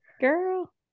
Girl